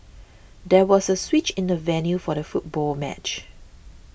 there was a switch in the venue for the football match